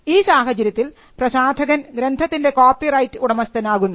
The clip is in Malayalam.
ഈ സാഹചര്യത്തിൽ പ്രസാധകൻ ഗ്രന്ഥത്തിൻറെ കോപ്പിറൈറ്റ് ഉടമസ്ഥൻ ആകുന്നു